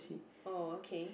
oh okay